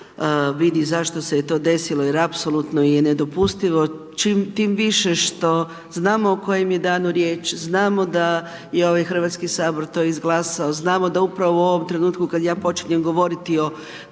vidi zašto se je to desilo jer apsolutno je i nedopustivo tim više što znamo o kojem je danu riječ, znamo da je ovaj Hrvatski sabor to izglasao, znamo da upravo u ovom trenutku kad ja počinjem govoriti o